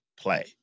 play